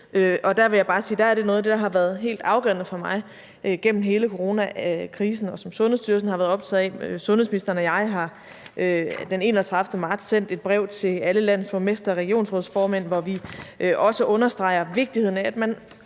der er noget af det, der har været helt afgørende for mig gennem hele coronakrisen, og som Sundhedsstyrelsen har været optaget af. Sundhedsministeren og jeg har den 31. marts sendt et brev til alle landets borgmestre og regionsrådsformænd, hvor vi også understreger vigtigheden af,